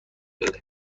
بده